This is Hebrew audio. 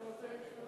אתה רוצה להצטרף?